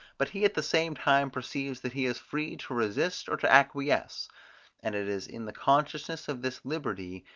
but he at the same time perceives that he is free to resist or to acquiesce and it is in the consciousness of this liberty,